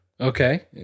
Okay